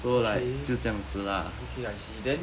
okay okay I see then